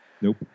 Nope